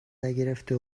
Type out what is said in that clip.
نگرفته